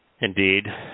Indeed